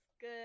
good